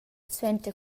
suenter